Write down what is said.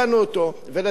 לצערי הרב,